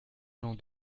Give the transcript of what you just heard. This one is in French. jean